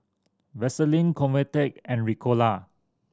Vaselin Convatec and Ricola